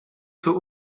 zur